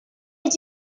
est